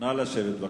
נא לשבת.